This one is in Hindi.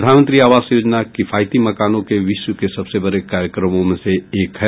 प्रधानमंत्री आवास योजना किफायती मकानों के विश्व के सबसे बड़े कार्यक्रमों में से एक है